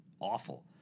awful